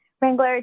Wrangler